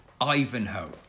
Ivanhoe